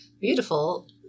beautiful